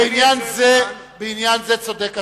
בעניין זה צודק השר.